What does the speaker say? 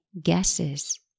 guesses